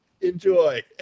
enjoy